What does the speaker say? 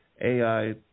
AI